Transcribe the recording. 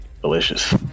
delicious